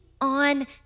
on